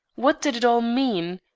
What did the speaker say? what did it all mean?